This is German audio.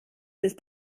ist